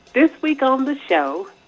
this week on the show,